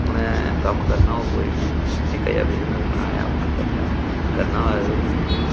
उ'नें कम्म करना होग कोई बी निक्का जेहा बिजनस बनाया अपना करचै करना होऐ ते